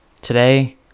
today